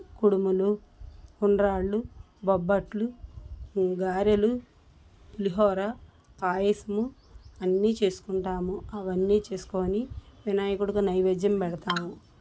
కుడుములు ఉండ్రాళ్ళు బొబ్బట్లు గారెలు పులిహోరా పాయసము అన్నీ చేసుకుంటాము అవన్నీ చేసుకోని వినాయకుడుగా నైవేద్యం పెడతాము